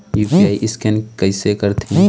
UPI scan कइसे करथे?